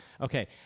okay